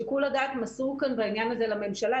שיקול הדעת מסור כאן בעניין הזה לממשלה,